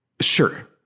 Sure